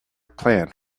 planned